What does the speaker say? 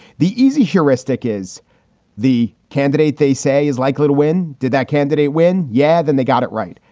the easy heuristic is the candidate they say is likely to win. did that candidate win? yeah. then they got it right.